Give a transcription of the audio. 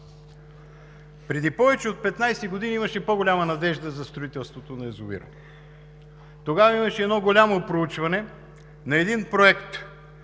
Преди повече от 15 години имаше по-голяма надежда за строителството на язовира. Тогава имаше едно голямо проучване на един проект